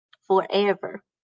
forever